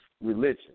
religion